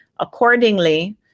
Accordingly